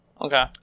Okay